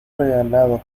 regalado